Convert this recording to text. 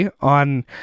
on